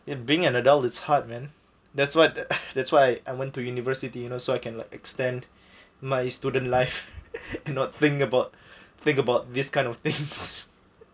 in being an adult is hard man that's what that's why I went to university you know so I can extend my student life not think about think about this kind of things